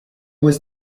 was